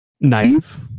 naive